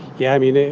yeah, i mean,